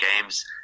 games